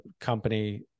company